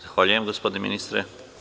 Zahvaljujem, gospodine ministre.